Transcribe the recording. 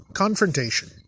Confrontation